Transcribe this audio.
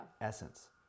Essence